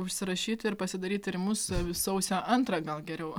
užsirašyti ir pasidaryt tyrimus sausio antrą gal geriau